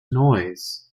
noise